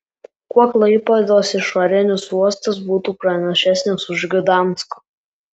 kuo klaipėdos išorinis uostas būtų pranašesnis už gdansko